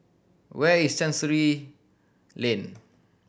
where is Chancery Lane